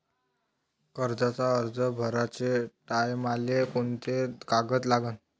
कर्जाचा अर्ज भराचे टायमाले कोंते कागद लागन?